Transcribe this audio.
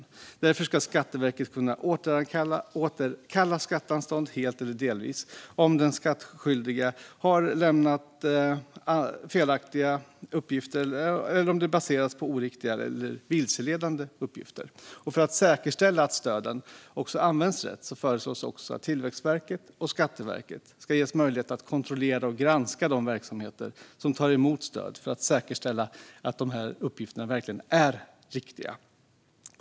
Därför ska Skatteverket kunna återkalla skatteanstånd helt eller delvis om den skattskyldiga har lämnat oriktiga eller vilseledande uppgifter. För att säkerställa att stöden används rätt föreslås också att Tillväxtverket och Skatteverket ska ges möjlighet att kontrollera och granska de verksamheter som tar emot stöd. Det handlar alltså om att säkerställa att uppgifterna verkligen är riktiga.